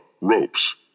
ropes